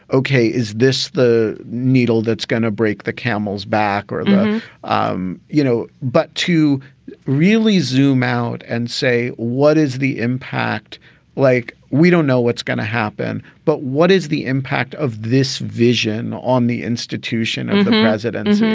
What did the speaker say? ok. is this the needle that's going to break the camel's back or um you know, but to really zoom out and say, what is the impact like? we don't know what's going to happen, but what is the impact of this vision on the institution of the presidency?